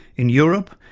in europe,